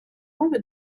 мові